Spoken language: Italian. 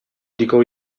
dico